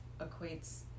equates